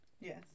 Yes